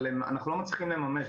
אבל אנחנו לא מצליחים לממש.